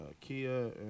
Kia